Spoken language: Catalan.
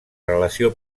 relació